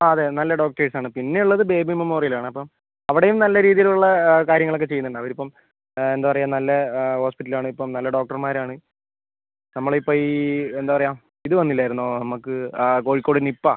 ആ അതെ നല്ല ഡോക്ടേഴ്സ് ആണ് പിന്നെ ഉള്ളത് ബേബി മെമ്മോറിയൽ ആണ് അപ്പം അവിടെയും നല്ല രീതിയിൽ ഉള്ള കാര്യങ്ങൾ ഒക്കെ ചെയ്യുന്നുണ്ട് അപ്പം എന്താണ് പറയുക നല്ല ഹോസ്പിറ്റൽ ആണ് ഇപ്പം നല്ല ഡോക്ടർമാരാണ് നമ്മള ഇപ്പം ഈ എന്താണ് പറയുക ഇത് വന്നില്ലായിരുന്നോ നമുക്ക് കോഴിക്കോട് നിപ്പ